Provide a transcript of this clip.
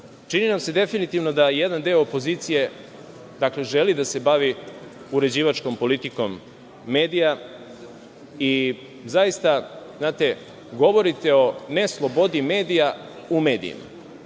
čini nam se definitivno da jedan deo opozicije želi da se bavi uređivačkom politikom medija i zaista govorite o ne slobodi medija u medijima.